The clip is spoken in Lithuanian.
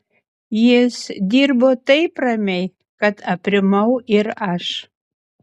jis dirbo taip ramiai kad aprimau ir aš